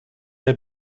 der